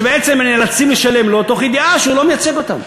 שבעצם נאלצים לשלם לו תוך ידיעה שהוא לא מייצג אותם.